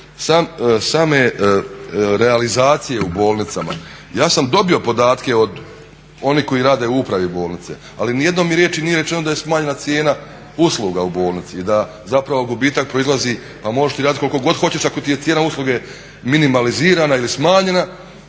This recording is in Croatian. same realizacije u bolnicama ja sam dobio podatke od onih koji rade u upravi bolnice, ali ni jednom mi riječju nije rečeno da je smanjena cijena usluga u bolnici i da zapravo gubitak proizlazi pa možeš ti raditi koliko god hoćeš ako ti je cijena usluge minimalizirana ili smanjena.